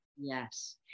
yes